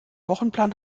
wochenplan